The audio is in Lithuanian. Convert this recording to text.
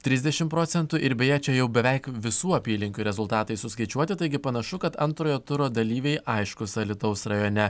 trisdešimt procentų ir beje čia jau beveik visų apylinkių rezultatai suskaičiuoti taigi panašu kad antrojo turo dalyviai aiškūs alytaus rajone